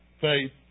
faith